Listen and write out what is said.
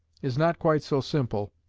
is not quite so simple,